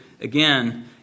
again